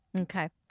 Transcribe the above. okay